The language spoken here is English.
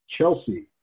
Chelsea